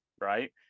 right